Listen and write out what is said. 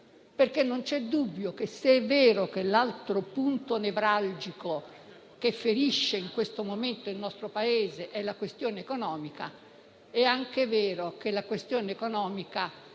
Non c'è dubbio infatti che, se è vero che l'altro punto nevralgico che ferisce in questo momento il nostro Paese è la questione economica, è anche vero che la questione economica